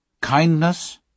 Kindness